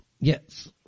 Yes